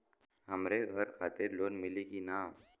हमरे घर खातिर लोन मिली की ना?